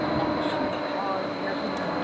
ᱦᱳᱭ ᱵᱷᱤᱱᱟᱹ ᱵᱷᱤᱱᱟᱹ ᱦᱟ